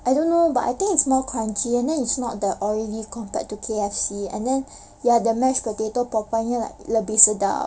I don't know but I think it's more crunchy then it's not that oily compared to K_F_C and then ya the mashed potato popeye punya like lebih sedap